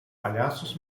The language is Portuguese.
palhaços